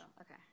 Okay